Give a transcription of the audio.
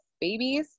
babies